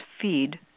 feed